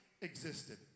existed